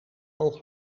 oog